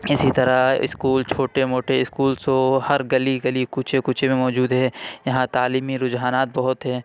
اِسی طرح اسکول چھوٹے موٹے اسکولس ہو ہر گلی گلی کوچے کوچے میں موجود ہے یہاں تعلیمی رجحانات بہت ہے